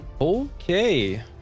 Okay